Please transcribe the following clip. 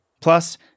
Plus